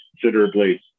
considerably